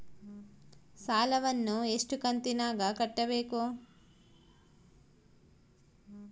ಸಾಲವನ್ನ ಎಷ್ಟು ಕಂತಿನಾಗ ಕಟ್ಟಬೇಕು?